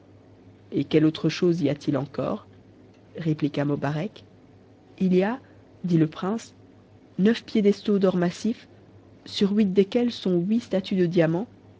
et quelle autre chose y a-t-il encore répliqua mobarec i y a dit le prince neuf piédestaux d'or massif sur huit desquels sont huit statues de diamant